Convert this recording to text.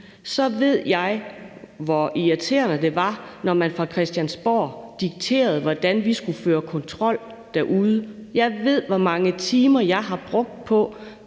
ved jeg, hvor irriterende det var, når man fra Christiansborg dikterede, hvordan vi skulle føre kontrol derude. Jeg ved, hvor mange timer jeg har brugt på